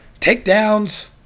takedowns